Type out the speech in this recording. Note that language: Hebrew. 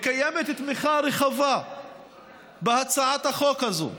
קיימת תמיכה רחבה בהצעת החוק הזאת,